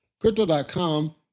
Crypto.com